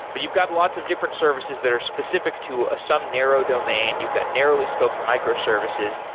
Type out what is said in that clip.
but you've got lots of different services that are specific to some narrow domain. you've got narrowly scoped micro-services.